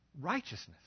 righteousness